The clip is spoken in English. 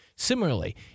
Similarly